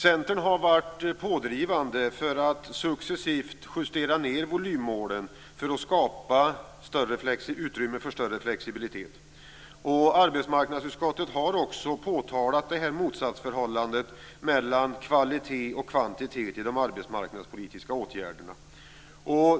Centern har varit pådrivande för att successivt justera ned volymmålen för att skapa utrymme för större flexibilitet. Arbetsmarknadsutskottet har också påtalat detta motsatsförhållande mellan kvalitet och kvantitet i de arbetsmarknadspolitiska åtgärderna.